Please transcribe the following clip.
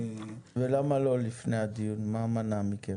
ולמה לא לפני הדיון, מה מנע מכם?